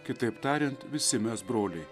kitaip tariant visi mes broliai